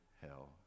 hell